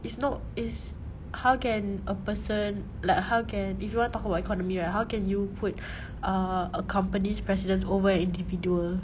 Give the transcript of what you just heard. it's not it's how can a person like how can if you want talk about economy right how can you put uh a company's precedence over an individual